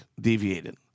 deviated